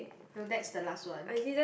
will that's the last one